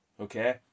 Okay